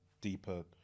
deeper